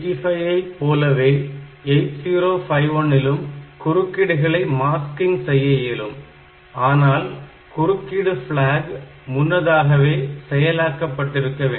8085 ஐ போலவே 8051 இலும் குறுக்கீடுகளை மாஸ்கிங் செய்ய இயலும் ஆனால் குறுக்கீடு பிளாக் முன்னதாகவே செயலாக்க பட்டிருக்க வேண்டும்